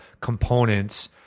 components